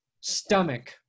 stomach